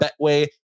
Betway